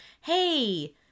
Hey